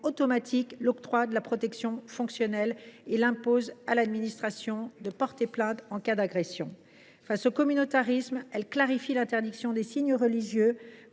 automatique l’octroi de la protection fonctionnelle et impose à l’administration de porter plainte en cas d’agression. Face au communautarisme, il clarifie l’interdiction des signes religieux